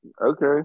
Okay